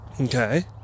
Okay